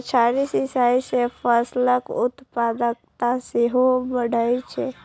बौछारी सिंचाइ सं फसलक उत्पादकता सेहो बढ़ै छै